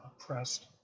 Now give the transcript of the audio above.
oppressed